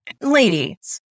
Ladies